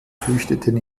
flüchteten